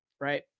right